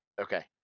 Okay